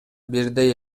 бирдей